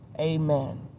Amen